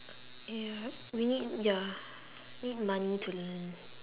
ya we need ya need money to learn